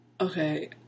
okay